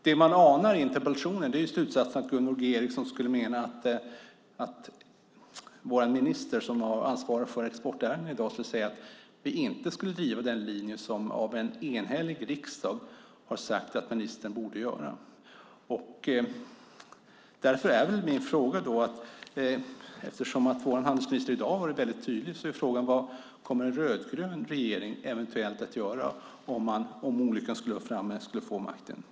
Det man anar i interpellationen är att Gunvor G Ericsons slutsats skulle vara att vår minister som har ansvaret för exportärenden i dag skulle säga att vi inte ska driva den linje som en enhällig riksdag har sagt att ministern bör göra. Eftersom vår handelsminister i dag har varit väldigt tydlig är frågan: Vad kommer en rödgrön regering eventuellt att göra om olyckan skulle vara framme och ni skulle få makten?